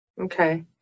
Okay